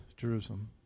Jerusalem